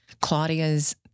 Claudia's